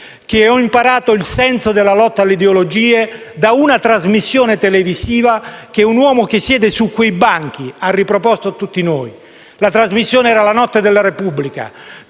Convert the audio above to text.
aver imparato il senso della lotta alle ideologie da una trasmissione televisiva, che un uomo che siede su quei banchi ha riproposto a tutti noi: la trasmissione era «La notte della Repubblica»,